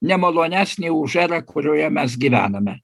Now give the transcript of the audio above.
nemalonesnė už erą kurioje mes gyvename